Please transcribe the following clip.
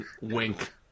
Wink